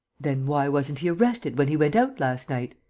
then why wasn't he arrested when he went out last night?